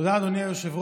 תודה, אדוני היושב-ראש.